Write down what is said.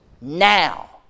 now